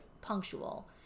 punctual